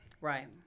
right